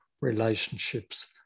relationships